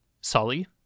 Sully